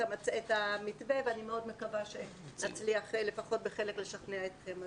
המתווה ואני מאוד מקווה שנצליח לפחות בחלק לשכנע אתכם.